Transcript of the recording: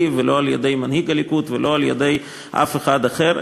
ולא על-ידי מנהיג הליכוד ולא על-ידי אף אחד אחר,